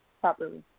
Properly